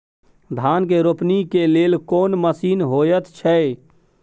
धान के रोपनी के लेल कोन मसीन होयत छै?